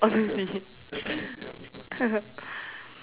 obviously